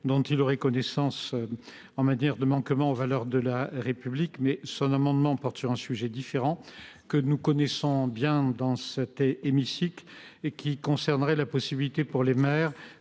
dont il aurait connaissance en matière de manquement aux valeurs de la République, mais son amendement porte sur un sujet différent, que nous connaissons bien dans cet hémicycle : la possibilité pour les maires